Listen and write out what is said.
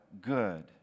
good